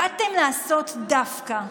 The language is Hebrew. באתם לעשות דווקא.